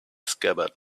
scabbard